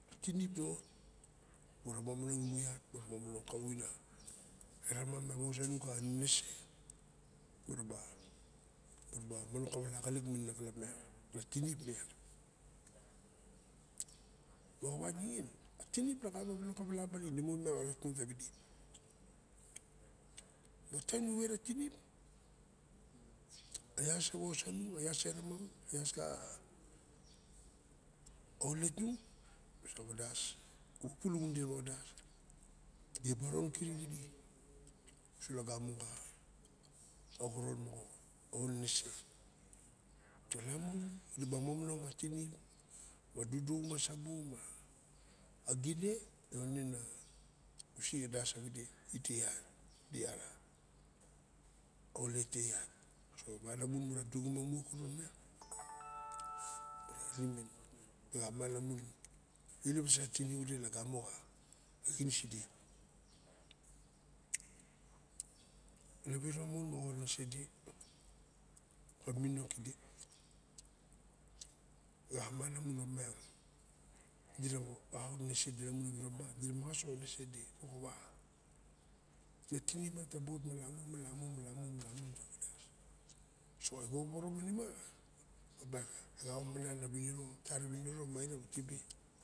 Ana tinip na ot mura momonong mon kawuma e ramam me wosa nung kanenese muraba manong palie xirip mana xalap miang moxo wa ningin a tinip na xa manong kawala baling inemonmiang orat mon tawaide mataim nu wera tinip aias wos sangun me ramam ma ione tung netaba wandas. Bu puluwun diraba wandas diraba ron kiriu idu solagomo xa xoron moxa aunenese malamu diraba mononong ma tirip ma duduxuma sabu ma a gine ne na wisik adas savide ideiat ale te iat malamun inung su etim ingung ure xa xinis ide kide e xama lamun diraba paul opiang muramas onenese de moxawa na tinip miang taba ot malamu malamu nataba wandas. So weoeoro ma opiang eka omana na winiro na winiro mae xudun.